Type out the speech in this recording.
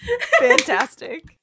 Fantastic